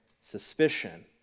suspicion